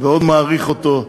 מאוד מעריך אותו,